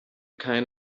kind